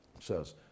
says